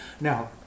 Now